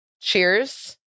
Cheers